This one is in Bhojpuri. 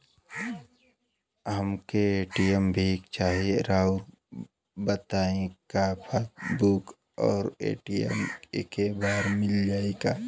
हमके ए.टी.एम भी चाही राउर बताई का पासबुक और ए.टी.एम एके बार में मील जाई का?